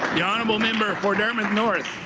the honourable member for dartmouth north.